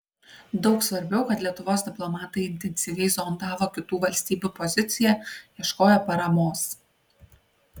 daug svarbiau kad lietuvos diplomatai intensyviai zondavo kitų valstybių poziciją ieškojo paramos